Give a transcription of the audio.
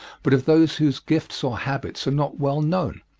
but of those whose gifts or habits are not well known.